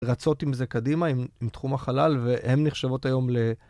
רצות עם זה קדימה, עם תחום החלל, והן נחשבות היום ל...